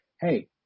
hey